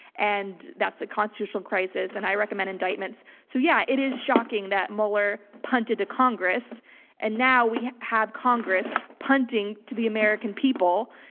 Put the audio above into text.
and that's a constitutional crisis. and i recommend indictments. so yeah, it is shocking that mueller punted to congress and now we have congress punting to the american people.